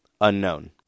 Unknown